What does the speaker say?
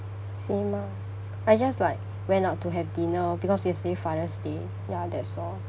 same ah I just like went out to have dinner because yesterday fathers' day ya that's all